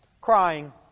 crying